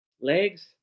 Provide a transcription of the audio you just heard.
Legs